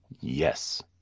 Yes